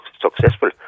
successful